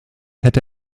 hätte